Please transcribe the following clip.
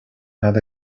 هذا